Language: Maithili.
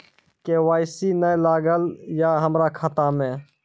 के.वाई.सी ने न लागल या हमरा खाता मैं?